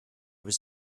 was